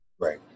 Right